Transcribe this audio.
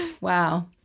Wow